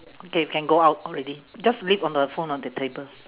okay we can go out already just leave on the phone on the table